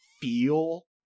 feel